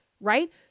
right